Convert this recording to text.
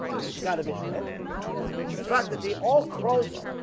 but he's the god of israel the fact that they all crossed